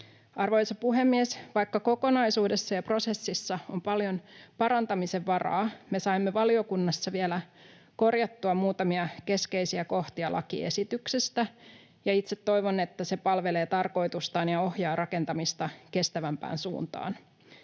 Arvoisa puhemies! Vaikka kokonaisuudessa ja prosessissa on paljon parantamisen varaa, me saimme valiokunnassa vielä korjattua muutamia keskeisiä kohtia lakiesityksestä, ja itse toivon, että se palvelee tarkoitustaan ja ohjaa rakentamista kestävämpään suuntaan.